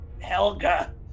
Helga